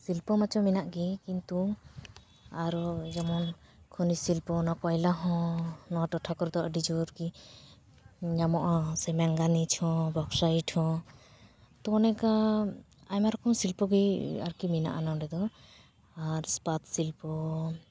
ᱥᱤᱞᱯᱚ ᱢᱟᱪᱚ ᱢᱮᱱᱟᱜ ᱜᱮ ᱠᱤᱱᱛᱩ ᱟᱨᱚ ᱡᱮᱢᱚᱱ ᱠᱷᱚᱱᱤᱡᱽ ᱥᱤᱞᱯᱚ ᱚᱱᱟ ᱠᱚᱭᱞᱟ ᱦᱚᱸ ᱱᱚᱣᱟ ᱴᱚᱴᱷᱟ ᱠᱚᱨᱮ ᱫᱚ ᱟᱹᱰᱤ ᱡᱳᱨ ᱜᱮ ᱧᱟᱢᱚᱜᱼᱟ ᱥᱮ ᱢᱮᱝᱜᱟᱱᱤᱡᱽ ᱦᱚᱸ ᱵᱚᱠᱥᱟᱭᱤᱴ ᱦᱚᱸ ᱛᱚ ᱚᱱᱮ ᱚᱱᱠᱟ ᱟᱭᱢᱟ ᱨᱚᱠᱚᱢ ᱥᱤᱞᱯᱚ ᱜᱮ ᱟᱨᱠᱤ ᱢᱮᱱᱟᱜᱼᱟ ᱱᱚᱰᱮ ᱫᱚ ᱟᱨ ᱤᱥᱯᱟᱛ ᱥᱤᱞᱯᱚ